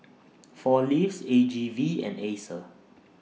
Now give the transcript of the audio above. four Leaves A G V and Acer